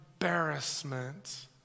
embarrassment